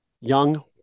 young